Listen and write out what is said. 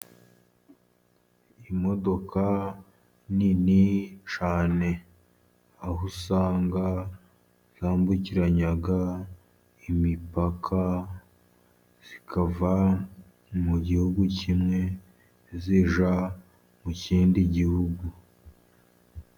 Imodoka nini cyane. Aho usanga zambukiranya imipaka, zikava mu gihugu kimwe, zijya mu kindi gihugu.